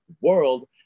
world